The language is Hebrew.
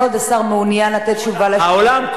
כל עוד השר מעוניין לתת תשובה על השאלות.